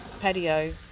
patio